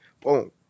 Boom